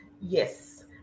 Yes